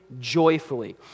joyfully